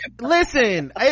Listen